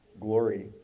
glory